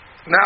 now